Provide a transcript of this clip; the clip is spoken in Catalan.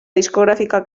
discogràfica